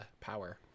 power